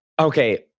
okay